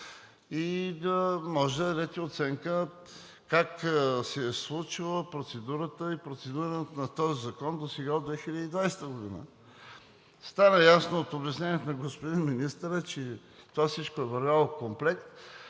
и можете да дадете оценка как се е случила процедурата и процедурата на този закон досега от 2020 г. Стана ясно от обясненията на господин министъра, че това всичко е вървяло комплект.